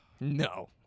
No